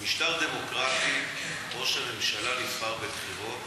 במשטר דמוקרטי ראש הממשלה נבחר בבחירות